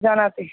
जानाति